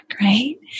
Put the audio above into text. right